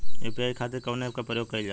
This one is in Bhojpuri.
यू.पी.आई खातीर कवन ऐपके प्रयोग कइलजाला?